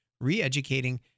re-educating